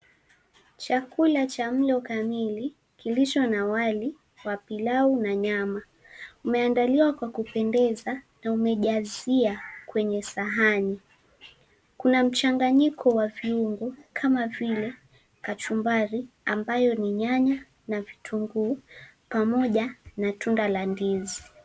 Chakula cha mlo kamili kilicho na wali wa pilau na nyama umeandaliwa kwa kupendeza na umejazia kwenye sahani. Kuna mchanganyiko wa viungo kama vile kachumbari ambayo ni nyanya na vitunguu, pamoja na tunda la ndizi.